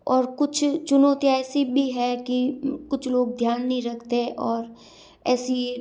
और कुछ चुनौतीयाँ ऐसी भी है कि कुछ लोग ध्यान नहीं रखते और ऐसी